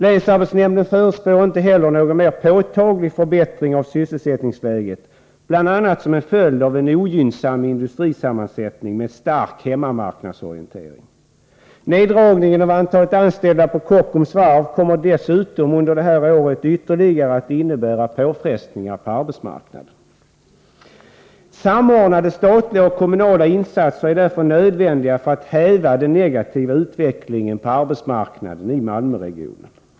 Länsarbetsnämnden förutspår inte heller någon mer påtaglig förbättring av sysselsättningsläget, bl.a. som en följd av en ogynnsam industrisammansättning med stark hemmamarknadsorientering. Neddragningen av antalet anställda på Kockums Varv kommer dessutom under detta år att innebära ytterligare påfrestningar på arbetsmarknaden. Samordnade statliga och kommunala insatser är därför nödvändiga för att häva den negativa utvecklingen på arbetsmarknaden i Malmöregionen.